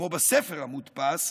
כמו בספר המודפס,